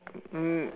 um